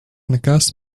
nekas